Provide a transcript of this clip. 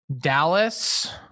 Dallas